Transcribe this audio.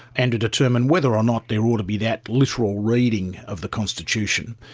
and to determine whether or not there ought to be that literal reading of the constitution.